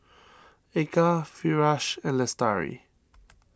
Eka Firash and Lestari